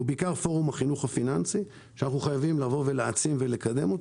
והוא פורום החינוך הפיננסי שאנחנו חייבים להעצים ולקדם.